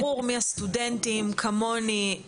ברור מי הסטודנטים כמוני,